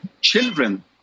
children